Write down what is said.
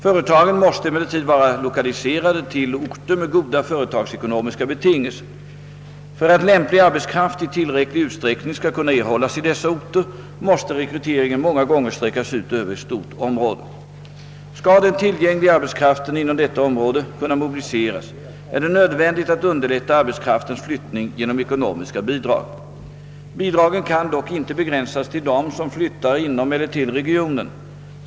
Företagen måste emellertid vara lokaliserade till orter med goda företagsekonomiska betingelser. För att lämplig arbetskraft i tillräcklig utsträckning skall kunna erhållas i dessa orter måste rekryteringen många gånger sträckas ut över ett stort område. Skall den tillgängliga arbetskraften inom detta område kunna mobiliseras är det nödvändigt att underlätta arbetskraftens flyttning genom ekonomiska bidrag. Bidragen kan dock inte begränsas till dem som flyt tar inom eller till regionen.